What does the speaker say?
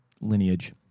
lineage